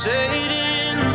Satan